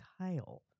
Kyle